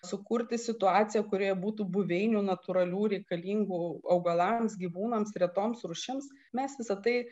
sukurti situaciją kurioje būtų buveinių natūralių reikalingų augalams gyvūnams retoms rūšims mes visa tai